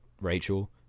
rachel